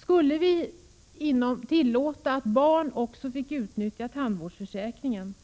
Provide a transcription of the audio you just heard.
Skulle vi tillåta att också barn fick utnyttja tandvårdsförsäkringen,